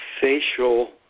facial